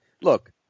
look